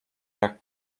jak